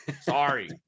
Sorry